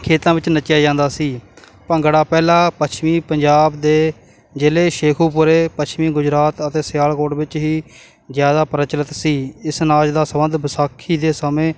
ਖੇਤਾਂ ਵਿੱਚ ਨੱਚਿਆ ਜਾਂਦਾ ਸੀ ਭੰਗੜਾ ਪਹਿਲਾਂ ਪੱਛਮੀ ਪੰਜਾਬ ਦੇ ਜ਼ਿਲ੍ਹੇ ਸ਼ੇਖੂਪੁਰੇ ਪੱਛਮੀ ਗੁਜਰਾਤ ਅਤੇ ਸਿਆਲਕੋਟ ਵਿੱਚ ਹੀ ਜ਼ਿਆਦਾ ਪ੍ਰਚਲਿਤ ਸੀ ਇਸ ਅਨਾਜ ਦਾ ਸੰਬੰਧ ਵਿਸਾਖੀ ਦੇ ਸਮੇਂ